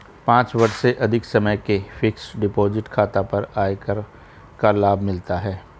पाँच वर्ष से अधिक समय के फ़िक्स्ड डिपॉज़िट खाता पर आयकर का लाभ मिलता है